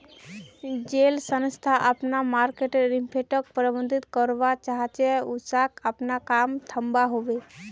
जेल संस्था अपना मर्केटर इम्पैक्टोक प्रबधित करवा चाह्चे उसाक अपना काम थम्वा होबे